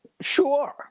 Sure